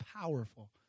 powerful